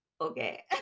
Okay